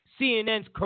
CNN's